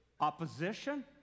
opposition